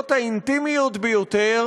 בשאלות האינטימיות ביותר?